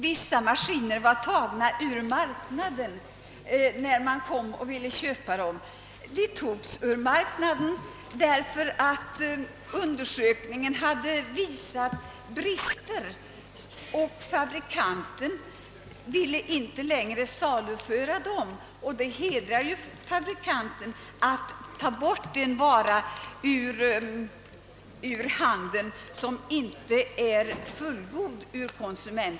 Vissa maskiner hade nämligen tagits ur marknaden när man kom och ville köpa dem. De hade tagits ur marknaden just därför att de hade vissa brister och fabrikanten inte längre ville saluföra dem. Det hedrar ju fabrikanten att han tar bort en vara ur handeln som ur konsumentens synpunkt inte är fullgod.